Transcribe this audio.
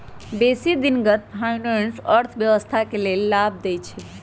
बेशी दिनगत फाइनेंस अर्थव्यवस्था के लेल लाभ देइ छै